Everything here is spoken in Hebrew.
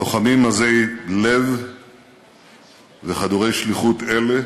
לוחמים עזי לב וחדורי שליחות אלה